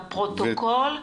לפרוטוקול.